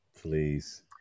please